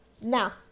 Now